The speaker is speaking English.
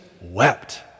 wept